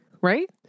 right